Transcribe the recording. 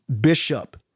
Bishop